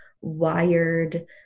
wired